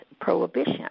prohibition